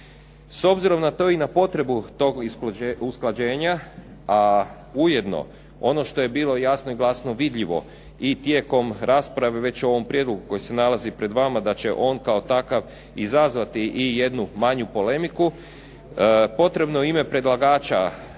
S obzirom na to i na potrebu tog usklađenja a ujedno ono što je bilo jasno i glasno vidljivo i tijekom rasprave već o ovom prijedlogu koji se nalazi pred vama da će on kao takav izazvati i jednu manju polemiku potrebno je u ime predlagača